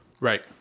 Right